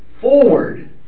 forward